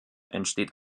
entsteht